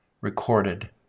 recorded